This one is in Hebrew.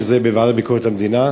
שזה יהיה בוועדה לביקורת המדינה,